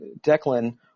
Declan